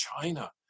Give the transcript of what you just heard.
China